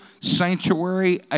sanctuary